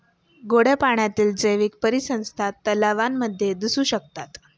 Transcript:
गोड्या पाण्यातील जैवीक परिसंस्था तलावांमध्ये दिसू शकतात